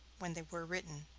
when they were written.